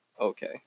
Okay